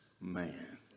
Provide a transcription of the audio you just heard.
man